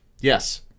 Yes